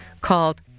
called